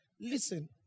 Listen